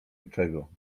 niczego